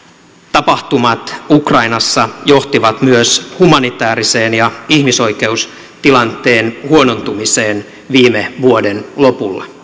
tapahtumat ukrainassa johtivat myös humanitäärisen ja ihmisoikeustilanteen huonontumiseen viime vuoden lopulla